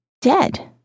dead